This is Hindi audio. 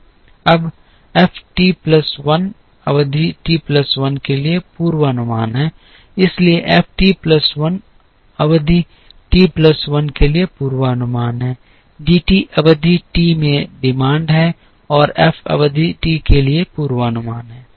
अब एफ टी प्लस 1 अवधि टी प्लस 1 के लिए पूर्वानुमान है इसलिए एफ टी प्लस 1 अवधि टी प्लस 1 के लिए पूर्वानुमान है D t अवधि t में मांग है और F अवधि t के लिए पूर्वानुमान है